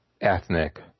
ethnic